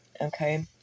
Okay